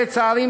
לצערי,